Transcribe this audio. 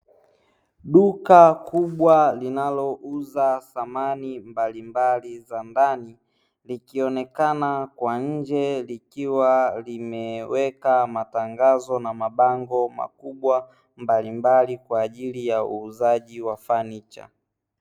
Duka kubwa linalouza samani mbalimbali za ndani, likionekana kwa nje; likiwa limeweka matangazo na mabango makubwa mbalimbali kwa ajili ya uuzaji wa fanicha.